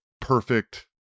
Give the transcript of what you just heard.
perfect